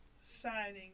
signing